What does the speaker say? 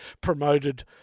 promoted